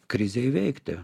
krizę įveikti